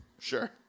Sure